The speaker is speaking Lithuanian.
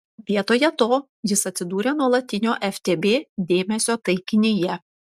vietoje to jis atsidūrė nuolatinio ftb dėmesio taikinyje